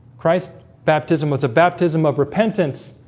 christ's baptism was a baptism of repentance,